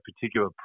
particular